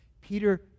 Peter